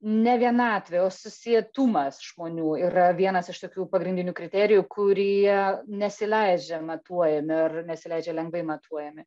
ne vienatvė o susietumas žmonių yra vienas iš tokių pagrindinių kriterijų kurie nesileidžia matuojami ar nesileidžia lengvai matuojami